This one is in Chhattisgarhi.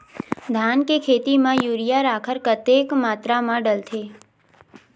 धान के खेती म यूरिया राखर कतेक मात्रा म डलथे?